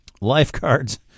Lifeguards